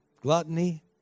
gluttony